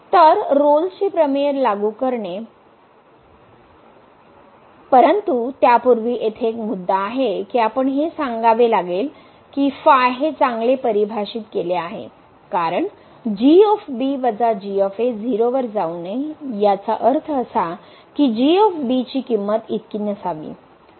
तर रोल्सचे प्रमेय लागू करणे परंतु त्यापूर्वी येथे एक मुद्दा आहे की आपण हे सांगावे लागेल की हे चांगले परिभाषित केले आहे कारण 0 वर जाऊ नये याचा अर्थ असा की ची किंमत इतकी नसावी